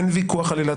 אין ויכוח על עילת